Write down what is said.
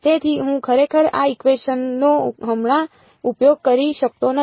તેથી હું ખરેખર આ ઇકવેશન નો હમણાં ઉપયોગ કરી શકતો નથી